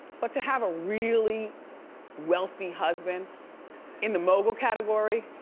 but to have a really wealthy husband in the mogul category,